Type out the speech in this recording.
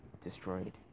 destroyed